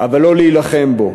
אבל לא להילחם בו.